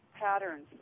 patterns